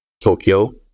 Tokyo